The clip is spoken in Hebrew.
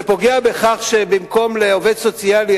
זה פוגע בכך שבמקום שיהיו לעובד סוציאלי,